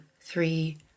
three